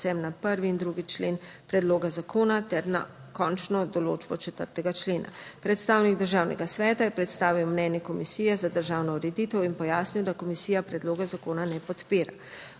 predvsem na 1. in 2. člen predloga zakona, ter na končno določbo 4. člena. Predstavnik Državnega sveta je predstavil mnenje Komisije za državno ureditev in pojasnil, da komisija predloga zakona ne podpira.